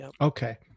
Okay